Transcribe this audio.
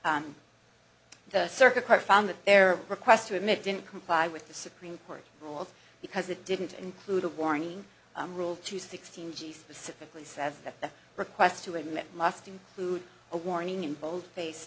on the circuit court found that their request to him it didn't comply with the supreme court rules because it didn't include a warning rule to sixteen g specifically says that the request to emit must include a warning in bold face